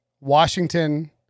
Washington